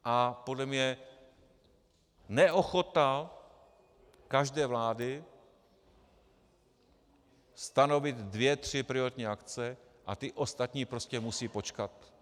A podle mě neochota každé vlády stanovit dvě tři prioritní akce, a ty ostatní prostě musí počkat.